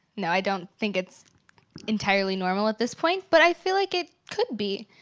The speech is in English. no, i don't think it's entirely normal at this point. but i feel like it could be.